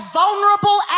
vulnerable